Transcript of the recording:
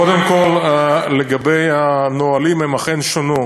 קודם כול, לגבי הנהלים, הם אכן שונו.